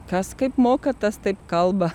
kas kaip moka tas taip kalba